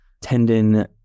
tendon